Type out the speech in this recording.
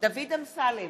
דוד אמסלם,